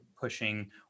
pushing